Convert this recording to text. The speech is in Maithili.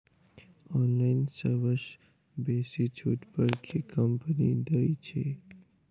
ऑनलाइन सबसँ बेसी छुट पर केँ कंपनी दइ छै?